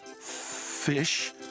fish